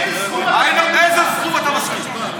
לאיזה סכום אתה מסכים?